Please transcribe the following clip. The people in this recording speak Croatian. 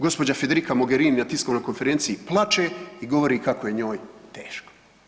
Gospođa Federika Mogerini na tiskovnoj konferenciji plače i govori kako je njoj teško.